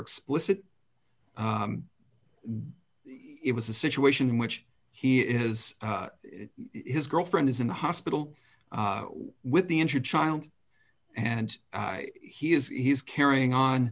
explicit it was a situation in which he is his girlfriend is in the hospital with the injured child and he is he's carrying on